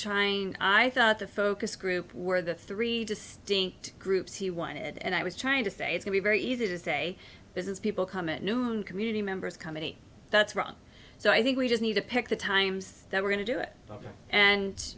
trying i thought the focus group were the three distinct groups he wanted and i was trying to say it can be very easy to say business people come at noon community members company that's run so i think we just need to pick the times that we're going to do it and